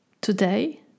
today